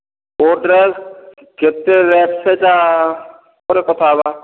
କେଉଁ ଡ୍ରେସ କେତେ ରେଟ ସେଟା ପରେ କଥା ହେବା